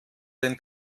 den